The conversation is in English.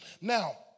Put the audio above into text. Now